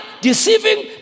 deceiving